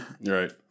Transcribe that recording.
Right